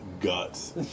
guts